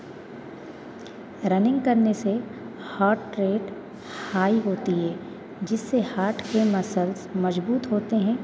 running करने से heart rate high होती है जिससे हार्ट के मसल्स मज़बूत होते हैं